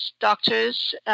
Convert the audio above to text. doctors